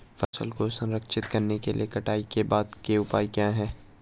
फसल को संरक्षित करने के लिए कटाई के बाद के उपाय क्या हैं?